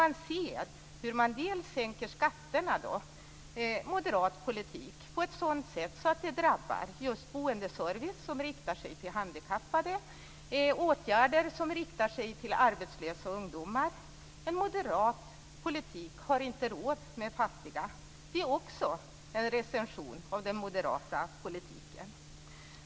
Vi ser hur man sänker skatterna - moderat politik - på ett sådant sätt att det drabbar just boendeservice som riktar sig till handikappade och åtgärder som riktar sig till arbetslösa och ungdomar. Moderat politik har inte råd med fattiga. Det är också en recension av den moderata politiken.